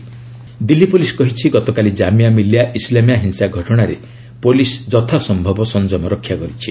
Delhi police Jamia Delhi police କହିଛି ଗତକାଲି କାମିଆ ମିଲିଆ ଇସଲାମିଆ ହିଂସା ଘଟଣାରେ ପୁଲିସ୍ ଯଥାସମ୍ଭବ ସଂଯମ ରକ୍ଷା କରିଛି